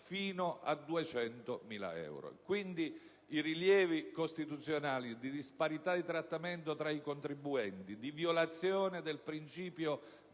fino a 200.000 euro. Quindi per i rilievi costituzionali relativi alla disparità di trattamento tra i contribuenti, alla violazione del principio